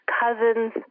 cousins